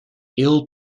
ill